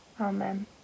Amen